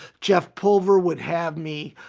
jeff pulver would have me